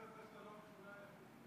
זה מסביר שאתה לא המשוגע היחיד.